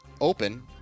open